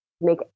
make